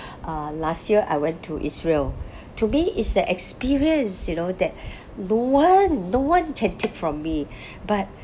uh last year I went to israel to me is a experience you know that no one no one can take from me but